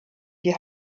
die